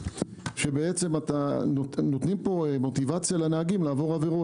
בעצם נותנים כאן מוטיבציה לנהגים לעבור עבירות.